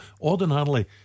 Ordinarily